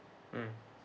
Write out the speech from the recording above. mm